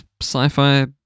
sci-fi